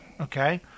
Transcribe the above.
okay